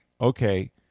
okay